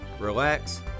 relax